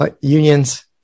Unions